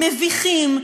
מביכים,